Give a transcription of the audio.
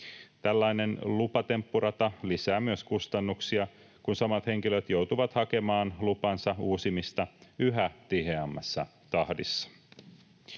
Tällainen lupatemppurata lisää myös kustannuksia, kun samat henkilöt joutuvat hakemaan lupansa uusimista yhä tiheämmässä tahdissa.